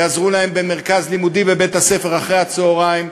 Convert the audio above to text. יעזרו להם במרכז לימודי בבית-הספר אחר-הצהריים,